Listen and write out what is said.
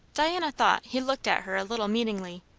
diana thought he looked at her a little meaningly.